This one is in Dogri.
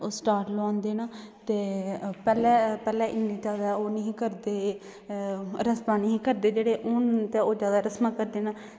ओह् स्टैंड लोआंदे न ते पैह्लें पैह्लें इ'न्नी तरह ओह् निं हे करदे रस्मां निं हे करदे जेह्ड़ी हून ते ओह् ज्यादा रस्मां करदे न